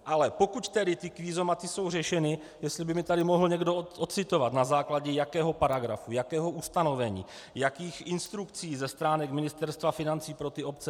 Ale pokud tedy ty kvízomaty jsou řešeny, jestli by mi tady mohl někdo ocitovat, na základě jakého paragrafu, jakého ustanovení, jakých instrukcí ze stránek Ministerstva financí pro ty obce.